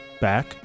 back